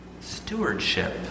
Stewardship